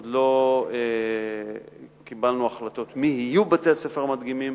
עוד לא קיבלנו החלטות מי יהיו בתי-הספר המדגימים,